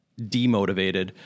demotivated